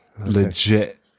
legit